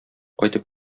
кайтып